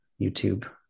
YouTube